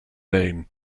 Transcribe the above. name